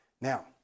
Now